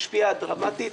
משפיע דרמטית,